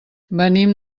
venim